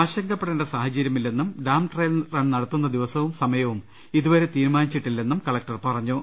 ആശങ്കപ്പെടേണ്ട സാഹചര്യമില്ലെന്നും dam trial run നടത്തുന്ന ദിവസവും സമയവും ഇതുവരെ തീരുമാനിച്ചിട്ടില്ലെന്നും കലക്ടർ പറഞ്ഞു